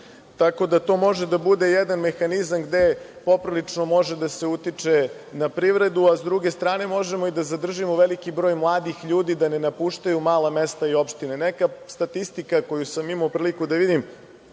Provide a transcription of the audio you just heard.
njih. To može da bude jedan mehanizam gde poprilično može da se utiče na privredu, a s druge strane, možemo i da zadržimo veliki broj mladih ljudi da ne napuštaju mala mesta i opštine. Neka statistika koju sam imao priliku da vidim